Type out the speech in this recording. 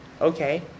okay